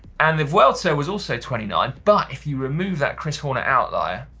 and the vuelta was also twenty nine, but if you remove that chris horner outlier,